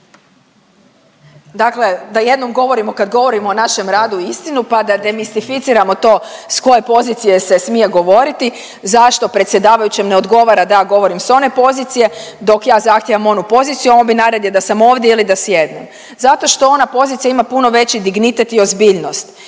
Dakle, da jednom govorimo kad govorimo o našem radu istinu pa da demistificiramo to s koje pozicije se smije govoriti, zašto predsjedavajućem ne odgovara da ja govorim s one pozicije dok ja zahtjev onu poziciju on bi najradije da sam ovdje ili da sjednem. Zato što ona pozicija ima puno veći dignitet i ozbiljnost